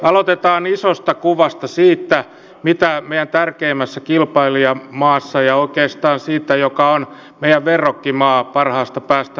aloitetaan isosta kuvasta siitä mitä meidän tärkeimmässä kilpailijamaassamme ja oikeastaan meidän verokkimaassamme parhaasta päästä ruotsissa tapahtuu